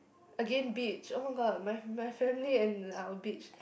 again beach [oh]-my-god my my family and our beach